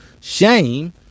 Shame